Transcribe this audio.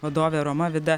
vadovė roma vida